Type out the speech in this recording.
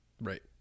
Right